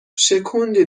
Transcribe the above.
شکوندی